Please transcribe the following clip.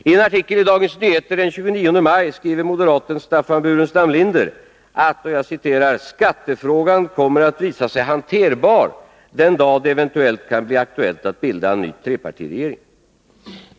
I en artikel i Dagens Nyheter den 29 maj skriver moderaten Staffan Burenstam Linder att ”skattefrågan kommer att visa sig hanterbar” den dag det eventuellt kan bli aktuellt att bilda en ny trepartiregering.